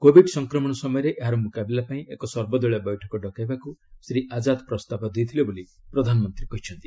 Covid ସଂକ୍ରମଣ ସମୟରେ ଏହାର ମୁକାବିଲା ପାଇଁ ଏକ ସର୍ବଦଳୀୟ ବୈଠକ ଡକାଇବାକୁ ଶ୍ରୀ ଆଜାଦ ପ୍ରସ୍ତାବ ଦେଇଥିଲେ ବୋଲି ପ୍ରଧାନମନ୍ତ୍ରୀ କହିଛନ୍ତି